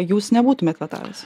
jūs nebūtumėt vetavęs